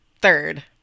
third